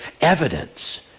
evidence